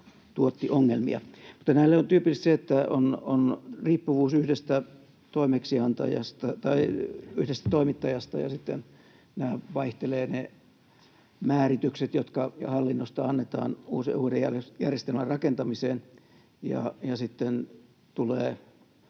heti ongelmia. Näille on tyypillistä se, että on riippuvuus yhdestä toimittajasta, sitten vaihtelevat ne määritykset, jotka hallinnosta annetaan uuden järjestelmän rakentamiseen, ja sitten tulee